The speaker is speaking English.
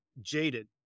Jaded